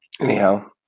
Anyhow